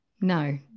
no